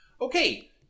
Okay